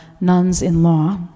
nuns-in-law